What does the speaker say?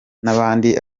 n’abandi